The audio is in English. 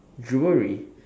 jewelry